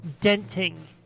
denting